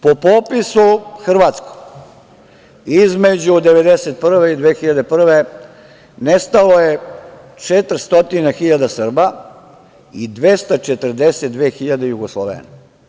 Po popisu hrvatskom, između 1991. i 2001. godine nestalo je 400 hiljada Srba i 242 hiljade Jugoslovena.